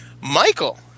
Michael